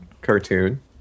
cartoon